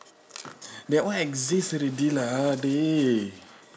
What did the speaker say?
that one exist already lah dey